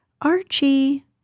Archie